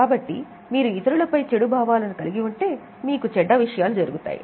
కాబట్టి మీరు ఇతరులపై చెడు భావాలను కలిగి ఉంటే మీకు చెడ్డ విషయాలు జరుగుతాయి